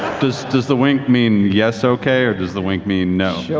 does the wink mean yes okay, or does the wink mean no?